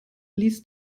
ließ